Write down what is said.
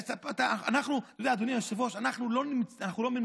אתה יודע, אדוני היושב-ראש, אנחנו לא מנותקים.